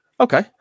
Okay